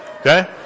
Okay